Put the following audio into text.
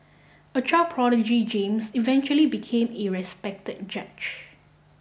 a child prodigy James eventually became a respected judge